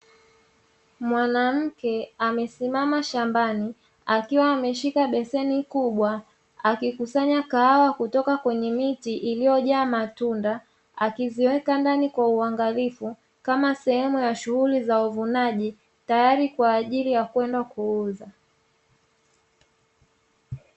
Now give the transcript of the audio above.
Mwanamke amesimama shambani akiwa ameshika beseni kubwa akikusanya kahawa kutoka kwenye miti iliyojaa matunda, akiziweka ndani kwa uangalifu, kama sehemu ya shughuli za uvunaji, tayari kwa ajili ya kwenda kuuza.